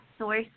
source